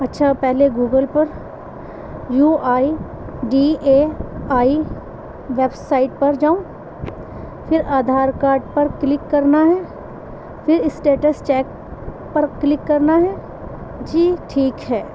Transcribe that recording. اچھا پہلے گوگل پر U I D A I website پر جاؤں پھر آدھار کارڈ پر کلک کرنا ہے پھر اسٹیٹس چیک پر کلک کرنا ہے جی ٹھیک ہے